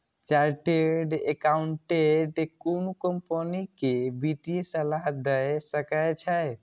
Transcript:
chartered accountant कोनो company कें वित्तीय सलाह दए सकै छै